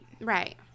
Right